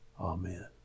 amen